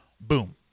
Boom